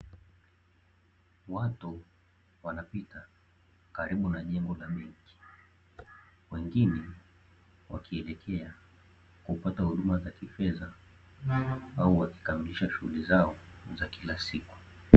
Watu wanapita karibu la jengo la benki, wengine wakielekea kupata huduma za kifedha au wakikamilisha shughuli zao za kila siku.